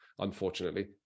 Unfortunately